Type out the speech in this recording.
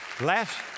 Last